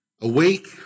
Awake